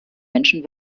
menschen